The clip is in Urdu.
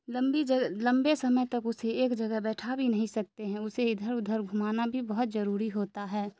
لمبی لمبے سمے تک اسے ایک جگہ بیٹھا بھی نہیں سکتے ہیں اسے ادھر ادھر گھمانا بھی بہت ضروری ہوتا ہے